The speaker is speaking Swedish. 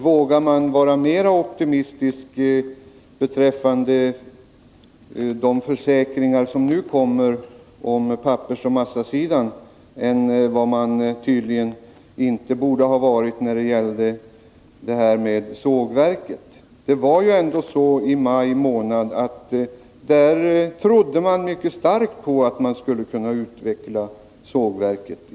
Vågar man vara mer optimistisk beträffande de försäkringar som nu kommer om pappersoch massasidan än de försäkringar som gällde sågverket? Det är ju ändå så att man i maj månad trodde mycket starkt på att man skulle kunna utveckla sågverket.